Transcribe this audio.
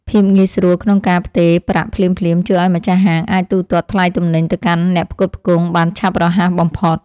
ភាពងាយស្រួលក្នុងការផ្ទេរប្រាក់ភ្លាមៗជួយឱ្យម្ចាស់ហាងអាចទូទាត់ថ្លៃទំនិញទៅកាន់អ្នកផ្គត់ផ្គង់បានឆាប់រហ័សបំផុត។